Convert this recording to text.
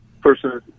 person